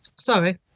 sorry